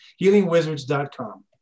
healingwizards.com